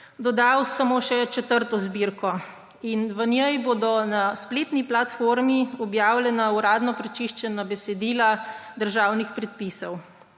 dodal še četrto zbirko. V njej bodo na spletni platformi objavljena uradno prečiščena besedila državnih predpisov.